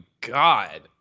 god